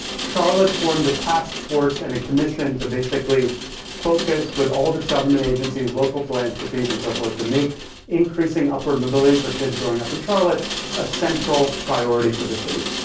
charlotte formed a task force and a commission to basically focus with all its government agencies, local philanthropies and so forth to make increasing upward mobility for kids growing up in charlotte a central priority for the city.